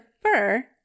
fur